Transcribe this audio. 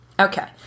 Okay